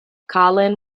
carlin